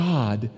God